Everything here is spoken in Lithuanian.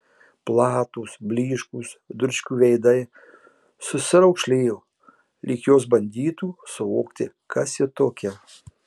platūs blyškūs dručkių veidai susiraukšlėjo lyg jos bandytų suvokti kas ji tokia